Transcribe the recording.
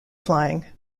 flying